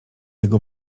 jego